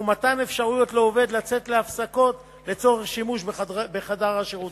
והוא מתן אפשרות לעובד לצאת להפסקות לצורך שימוש בחדר שירותים.